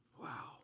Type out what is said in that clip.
Wow